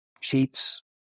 cheats